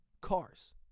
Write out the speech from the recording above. cars